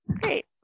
great